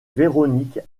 véronique